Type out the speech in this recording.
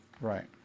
right